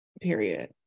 Period